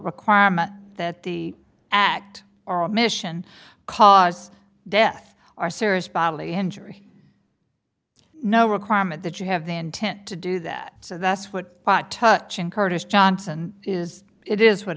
requirement that the act or admission cause death or serious bodily injury no requirement that you have the intent to do that so that's what pot touching kurdish johnson is it is what